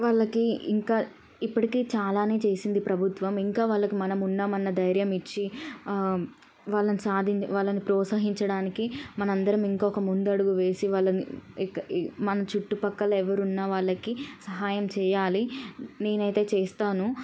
వాళ్ళకి ఇంకా ఇప్పటికీ చాలానే చేసింది ప్రభుత్వం ఇంకా వాళ్ళకి మనం ఉన్నామన్న ధైర్యం ఇచ్చి వాళ్ళని సాధిం వాళ్ళని ప్రోత్సహించడానికి మనందరం ఇంకొక ముందడుగు వేసి వాళ్ళని ఇక మన చుట్టూ పక్కల ఎవరున్నా వాళ్ళకి సహాయం చెయ్యాలి నేనైతే చేస్తాను